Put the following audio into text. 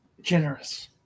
generous